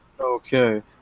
okay